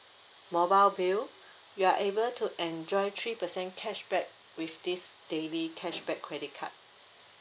mobile bill you are able to enjoy three percent cashback with this daily cashback credit card